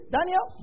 Daniel